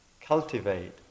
cultivate